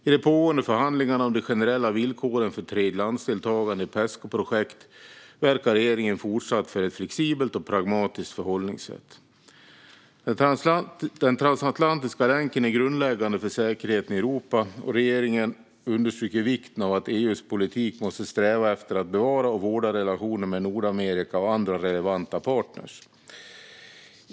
I de pågående förhandlingarna om de generella villkoren för tredjelandsdeltagande i Pescoprojekt verkar regeringen fortsatt för ett flexibelt och pragmatiskt förhållningssätt. Den transatlantiska länken är grundläggande för säkerheten i Europa, och regeringen understryker vikten av att EU:s politik måste sträva efter att bevara och vårda relationen med Nordamerika och andra relevanta partner.